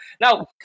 Now